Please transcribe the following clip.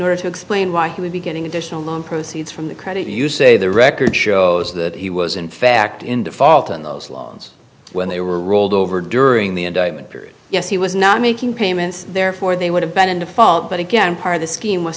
or to explain why he would be getting additional loan proceeds from the credit you say the record shows that he was in fact in default on those loans when they were rolled over during the indictment period yes he was not making payments therefore they would have been in default but again part of the scheme was